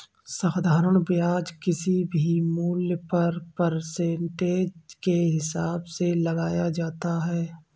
साधारण ब्याज किसी भी मूल्य पर परसेंटेज के हिसाब से लगाया जाता है